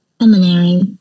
seminary